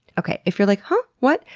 okay, if you're like, huh? what?